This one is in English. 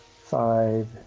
five